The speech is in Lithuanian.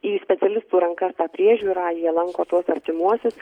į specialistų rankas tą priežiūrą jie lanko tuos artimuosius